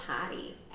party